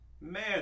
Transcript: Man